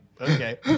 okay